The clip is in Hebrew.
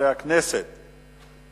מרכז זלמן שזר לחקר תולדות העם היהודי,